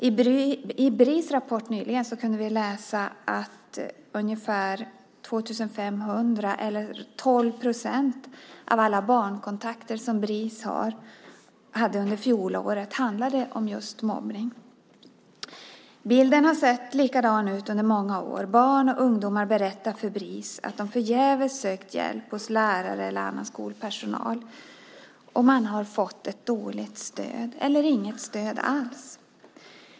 I en rapport nyligen från Bris kunde vi läsa att ungefär 2 500 eller 12 procent av alla barnkontakter som Bris hade under fjolåret handlade om just mobbning. Bilden har sett ut på samma sätt under många år. Barn och ungdomar berättar för Bris att de förgäves har sökt hjälp hos lärare eller annan skolpersonal. Men de har fått ett dåligt eller inget stöd alls.